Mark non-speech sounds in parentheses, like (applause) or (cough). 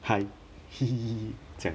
hi (laughs) 这样